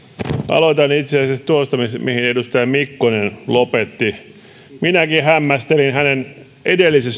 aloitan itse asiassa tuosta mihin edustaja mikkonen lopetti minäkin hämmästelin hänen edellistä